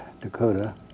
Dakota